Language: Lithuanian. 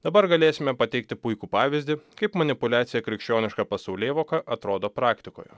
dabar galėsime pateikti puikų pavyzdį kaip manipuliacija krikščioniška pasaulėvoka atrodo praktikoje